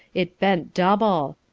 it bent double.